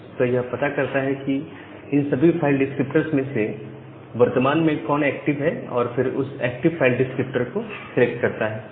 वस्तुतः यह पता करता है कि इन सभी फाइल डिस्क्रिप्टर्स में से वर्तमान में कौन एक्टिव है और फिर उस एक्टिव फाइल डिस्क्रिप्टर को सिलेक्ट करता है